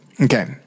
Okay